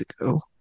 ago